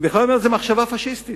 היא בכלל אומרת שזו מחשבה פאשיסטית,